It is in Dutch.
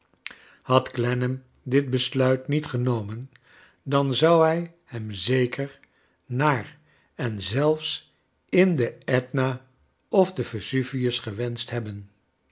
had clennam dit besluit niet genomen dan zou hij hem zeker naar en zelfs in de etna of de vesuvius gewenscht hebben